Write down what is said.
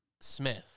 Smith